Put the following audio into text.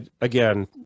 again